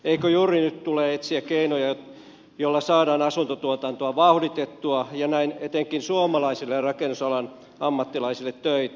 eikö juuri nyt tule etsiä keinoja joilla saadaan asuntotuotantoa vauhditettua ja näin etenkin suomalaisille rakennusalan ammattilaisille töitä